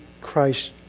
Christ